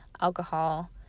alcohol